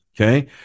Okay